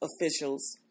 officials